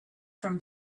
from